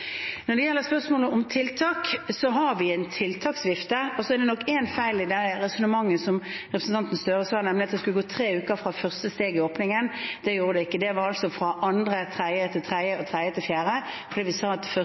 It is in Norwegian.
Når det gjelder spørsmålet om tiltak, har vi en tiltaksvifte. Og det er nok en feil i resonnementet til representanten Gahr Støre, nemlig at det skulle gå tre uker fra første steg i åpningen. Det gjorde det ikke. Det var altså fra andre/tredje til tredje og tredje til fjerde, for vi sa at